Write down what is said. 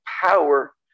power